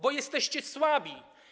Bo jesteście słabi.